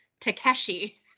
Takeshi